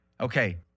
Okay